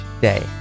day